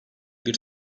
bir